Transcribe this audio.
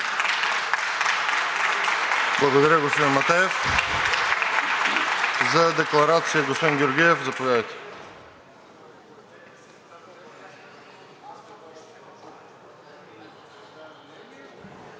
Благодаря, господин Матеев. За декларация – господин Георгиев, заповядайте.